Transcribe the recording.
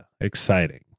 Exciting